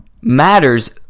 matters